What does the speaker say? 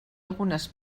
algunes